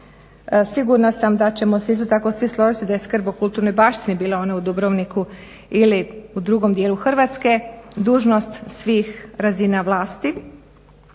Sigurna sam da ćemo se isto tako svi složiti da je skrb o kulturnoj baštini, bile one u Dubrovniku ili u drugom dijelu Hrvatske, dužnost svih razina vlasti.